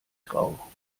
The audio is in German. grau